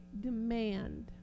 demand